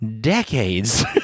decades